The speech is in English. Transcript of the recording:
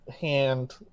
hand